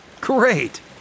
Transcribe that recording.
Great